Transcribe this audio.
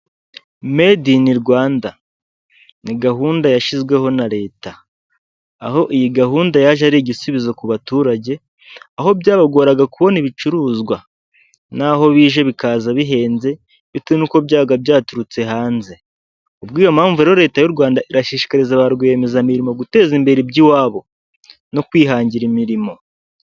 Medi ini Rwanda ni gahunda yashyizweho na Leta, aho iyi gahunda yaje ari igisubizo ku baturage, aho byabagoraga kubona ibicuruzwa n’aho bije bikaza bihenze bitewe n’uko byaba byaturutse hanze. Kubw’ iyo mpamvu rero, leta y’u Rwanda irashishikariza ba rwiyemezamirimo guteza imbere iby’iwabo no kwihangira imirimo.